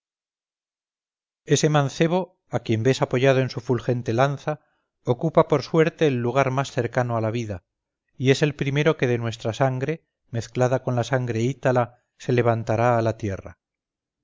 ese mancebo a quien ves apoyado en su fulgente lanza ocupa por suerte el lugar más cercano a la vida y es el primero que de nuestra sangre mezclada con la sangre ítala se levantará a la tierra